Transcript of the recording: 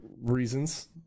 Reasons